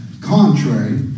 contrary